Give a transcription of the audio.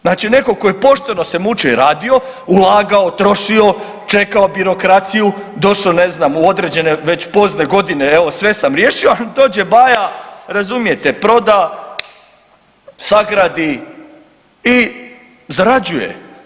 Znači neko ko je pošteno se mučio i radio, ulago, trošio, čekao birokraciju, došo ne znam u određene već pozne godine evo sve sam riješio, dođe Baja razumijete proda, sagradi i zarađuje.